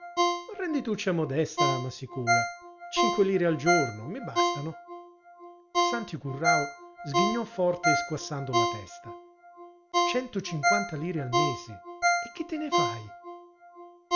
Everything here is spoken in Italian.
rendituccia modesta ma sicura cinque lire al giorno i bastano santi currao sghignò forte squassando la testa centocinquanta lire al mese e che te ne fai